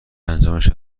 انجامش